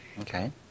okay